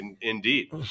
indeed